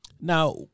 now